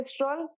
cholesterol